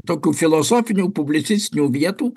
tokių filosofinių publicistinių vietų